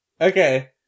okay